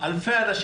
אלפי אנשים.